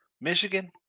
Michigan